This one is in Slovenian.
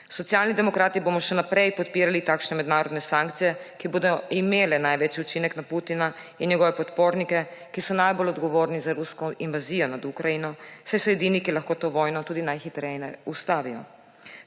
Socialni demokrati bomo še naprej podpirali takšne mednarodne sankcije, ki bodo imele največji učinek na Putina in njegove podpornike, ki so najbolj odgovorni za rusko invazijo nad Ukrajino, saj so edini, ki lahko to vojno tudi najhitreje ustavijo.